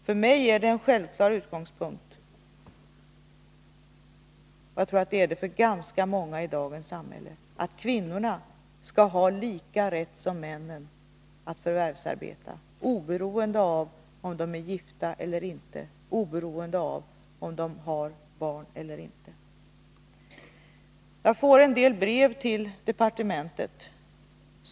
För mig är det en självklar utgångspunkt — och jag tror att det är det för ganska många i dagens samhälle — att kvinnorna skall ha samma rätt som männen att förvärvsarbeta, oberoende av om de är gifta eller inte, oberoende av om de har barn eller inte. Jag får en del brev till departementet.